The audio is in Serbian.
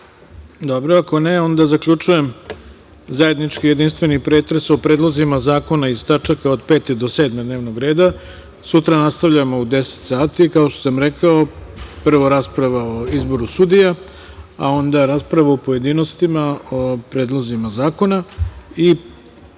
neko javlja? (Ne)Zaključujem zajednički jedinstveni pretres o predlozima zakona iz tačaka od 5. do 7. dnevnog reda. Sutra nastavljamo u 10.00 sati. Kao što sam rekao, prvo rasprava o izboru sudija, a onda rasprava u pojedinostima o predlozima zakona